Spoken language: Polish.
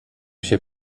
się